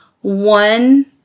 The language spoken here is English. one